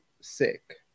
sick